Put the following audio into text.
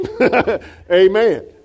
Amen